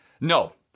No